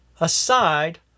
aside